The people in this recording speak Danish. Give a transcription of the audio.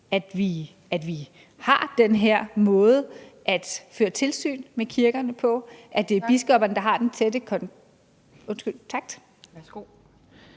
at vi har den her måde at føre tilsyn med kirkerne på, og at det er biskopperne, der har den tætte kontakt.